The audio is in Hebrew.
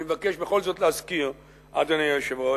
אני מבקש בכל זאת להזכיר, אדוני היושב-ראש,